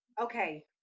okay